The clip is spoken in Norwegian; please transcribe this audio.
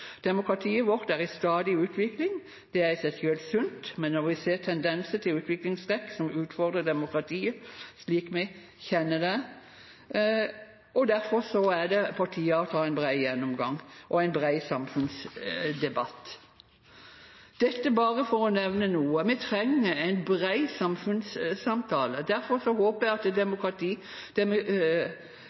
Demokratiet vårt er i stadig utvikling. Det er i seg selv sunt, men når vi ser tendenser til utviklingstrekk som utfordrer demokratiet slik vi kjenner det, er det på tide å få en bred gjennomgang og en bred samfunnsdebatt, dette bare for å nevne noe. Vi trenger en bred samfunnssamtale, og derfor håper jeg